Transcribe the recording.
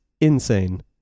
insane